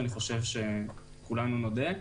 אני חושב שכולנו נודה.